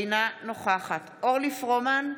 אינה נוכחת אורלי פרומן,